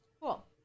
Cool